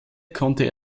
konnte